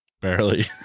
barely